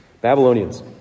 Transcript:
Babylonians